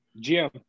jim